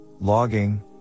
logging